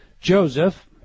Joseph